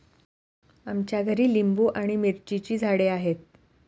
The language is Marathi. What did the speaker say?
आमच्या घरी लिंबू आणि मिरचीची झाडे आहेत